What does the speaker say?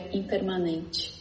impermanente